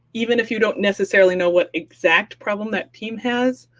even if you don't necessarily know what exact problem that team has,